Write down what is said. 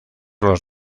los